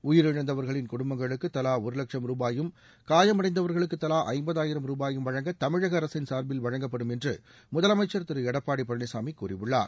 உயிரிழந்தவர்களின் குடும்பங்களுக்கு தலா ஒரு லட்சம் ரூபாயும் காயமடைந்தவர்களுக்கு தலா ஐம்பதாயிரம் ரூபாயும் வழங்க தமிழக அரசின் சார்பில் வழங்கப்படும் என்று முதலமைச்சர் திரு எடப்பாடி பழனிசாமி கூறியுள்ளார்